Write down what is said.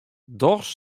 dochs